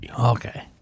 Okay